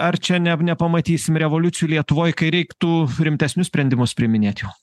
ar čia ne nepamatysim revoliucijų lietuvoj kai reiktų rimtesnius sprendimus priiminėt jau